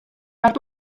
hartu